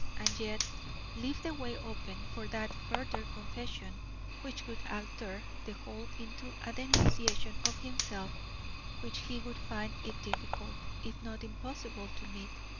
and yet leave the way open for that further confession which would alter the whole into a denunciation of himself which he would find it difficult, if not impossible, to meet.